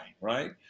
right